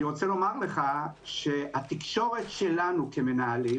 אני רוצה לומר לך שהתקשורת שלנו כמנהלים